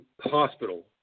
hospital